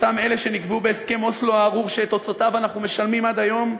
אותם אלה שנקבעו בהסכם אוסלו הארור שאת תוצאותיו אנחנו משלמים עד היום,